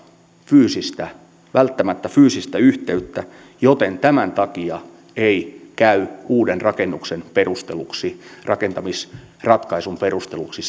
välttämättä fyysistä yhteyttä joten tämän takia ei käy uuden rakennuksen perusteluksi rakentamisratkaisun perusteluksi